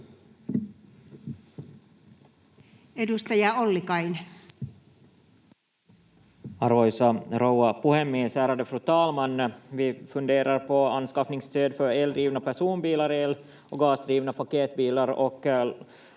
Time: 18:01 Content: Arvoisa rouva puhemies, ärade fru talman! Vi funderar på anskaffningsstöd för eldrivna personbilar, el- och gasdrivna paketbilar och